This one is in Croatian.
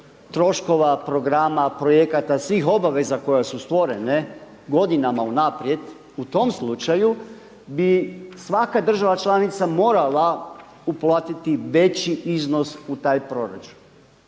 troškova programa projekata svih obaveza koje su stvorene godinama unaprijed u tom slučaju bi svaka država članica morala uplatiti veći iznos u taj proračun.